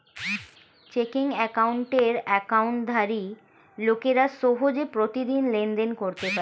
checking অ্যাকাউন্টের অ্যাকাউন্টধারী লোকেরা সহজে প্রতিদিন লেনদেন করতে পারে